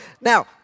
Now